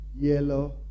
yellow